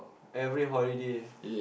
every holiday